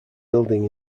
building